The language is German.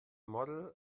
model